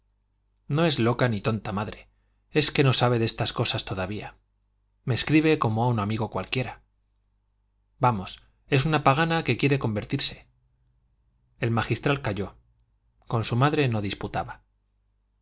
no es loca ni tonta madre es que no sabe de estas cosas todavía me escribe como a un amigo cualquiera vamos es una pagana que quiere convertirse el magistral calló con su madre no disputaba